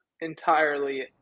entirely